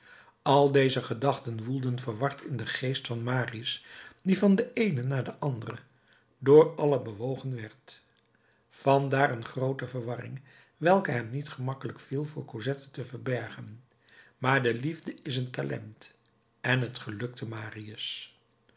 al deze gedachten woelden verward in den geest van marius die van de eene na de andere door alle bewogen werd vandaar een groote verwarring welke hem niet gemakkelijk viel voor cosette te verbergen maar de liefde is een talent en t gelukte